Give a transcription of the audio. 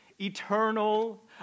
eternal